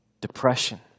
depression